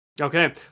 Okay